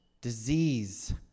disease